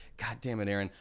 god damnit aaron,